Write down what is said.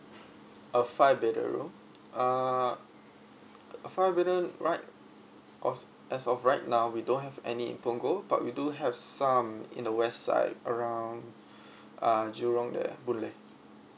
a five bedder room uh five bedder right as as of right now we don't have any in punggol but we do have some in the west side around uh jurong there boleh